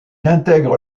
intègre